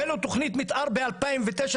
התחלנו תכנית מתאר ב-2009,